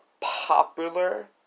popular